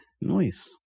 Noise